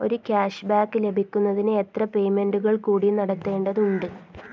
ഒരു ക്യാഷ്ബാക്ക് ലഭിക്കുന്നതിന് എത്ര പേയ്മെന്റുകൾ കൂടി നടത്തേണ്ടതുണ്ട്